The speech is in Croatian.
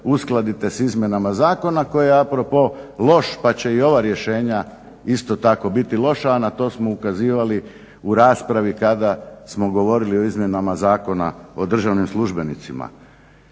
uskladite sa izmjenama zakona koji je a propos loš, pa će i ova rješenja isto tako biti loša a na to smo ukazivali u raspravi kada smo govorili o izmjenama Zakona o državnim službenicima.